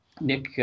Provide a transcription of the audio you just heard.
Nick